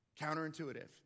Counterintuitive